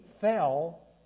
fell